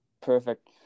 Perfect